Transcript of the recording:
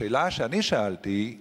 השאלה ששאלתי היא